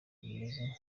bimeze